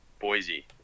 Boise